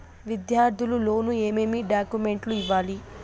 విద్యార్థులు లోను ఏమేమి డాక్యుమెంట్లు ఇవ్వాలి?